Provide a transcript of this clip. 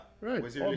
right